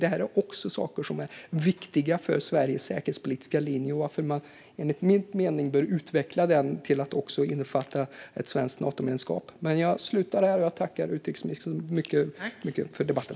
Detta är också viktigt för Sveriges säkerhetspolitiska linje, varför man enligt min mening bör utveckla den till att också innefatta ett svenskt Natomedlemskap. Jag tackar utrikesministern för debatten.